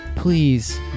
Please